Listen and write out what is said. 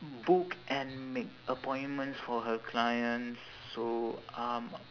book and make appointments for her clients so um